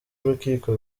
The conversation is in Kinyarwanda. urukiko